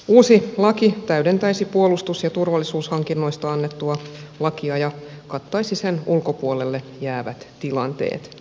uusi laki täydentäisi puolustus ja turvallisuushankinnoista annettua lakia ja kattaisi sen ulkopuolelle jäävät tilanteet